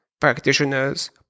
practitioners